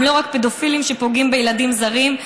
הם לא רק פדופילים שפוגעים בילדים זרים,